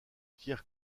pierre